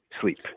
sleep